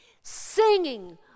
Singing